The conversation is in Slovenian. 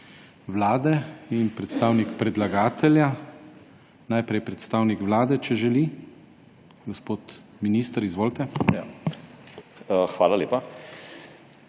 Vlade in predstavnik predlagatelja. Najprej predstavnik Vlade, če želi. Gospod minister, izvolite. KLEMEN